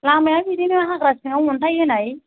लामाया बिदिनो हाग्रा सायाव अन्थाइ होनाय